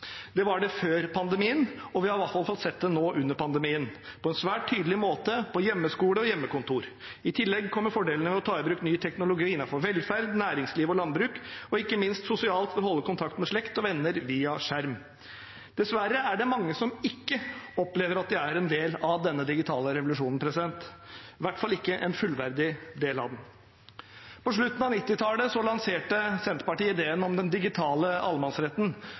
Det var det før pandemien, og vi har i hvert fall sett det nå, under pandemien, på en svært tydelig måte, på hjemmeskole og hjemmekontor. I tillegg kommer fordelene ved å ta i bruk ny teknologi innenfor velferd, næringsliv og landbruk, og ikke minst sosialt, for å holde kontakt med slekt og venner via skjerm. Dessverre er det mange som ikke opplever at de er en del av denne digitale revolusjonen, i hvert fall ikke en fullverdig del av den. På slutten av 1990-tallet lanserte Senterpartiet ideen om den digitale allemannsretten,